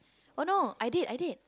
oh no I did I did